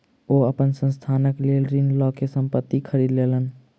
ओ अपन संस्थानक लेल ऋण लअ के संपत्ति खरीद लेलैन